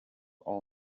all